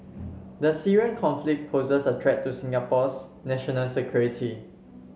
the Syrian conflict poses a threat to Singapore's national security